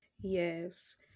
Yes